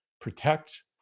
protect